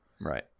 Right